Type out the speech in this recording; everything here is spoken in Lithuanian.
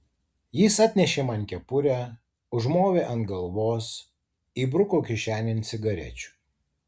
jis atnešė man kepurę užmovė ant galvos įbruko kišenėn cigarečių